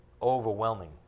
Overwhelming